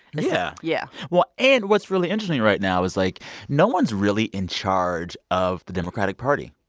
yeah yeah well, and what's really interesting right now is, like no one's really in charge of the democratic party.